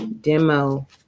Demo